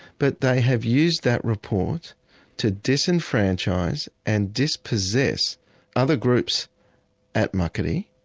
but they have used that report to disenfranchise and dispossess other groups at muckaty,